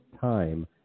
time